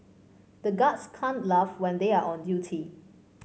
the guards can't laugh when they are on duty